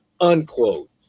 unquote